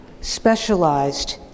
specialized